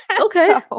Okay